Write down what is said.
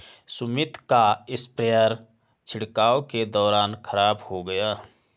सुमित का स्प्रेयर छिड़काव के दौरान खराब हो गया